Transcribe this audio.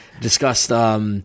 discussed –